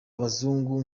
abazungu